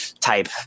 type